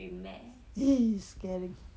!ee! scary